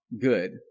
good